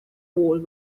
wall